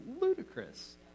ludicrous